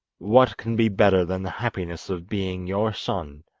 what can be better than the happiness of being your son,